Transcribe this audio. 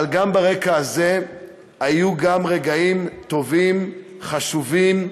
אבל ברקע הזה היו גם רגעים טובים, חשובים,